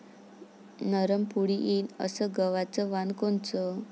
नरम पोळी येईन अस गवाचं वान कोनचं?